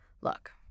look